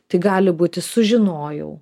tai gali būti sužinojau